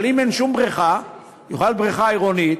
אבל אם אין שום בריכה, תוכל בריכה עירונית,